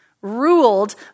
ruled